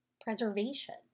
preservation